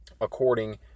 according